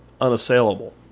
unassailable